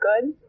good